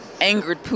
angered